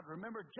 Remember